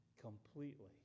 completely